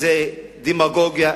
זה דמגוגיה,